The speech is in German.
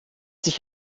sich